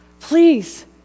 Please